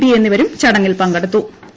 P എന്നിവരും ചടങ്ങിൽ പങ്കെടുത്തു്